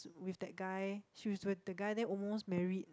with that guy she was with that guy then almost married